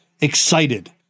excited